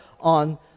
on